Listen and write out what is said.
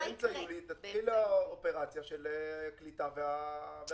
באמצע יולי תתחיל האופרציה של הקליטה והתשלום.